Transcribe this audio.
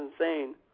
insane